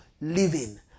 living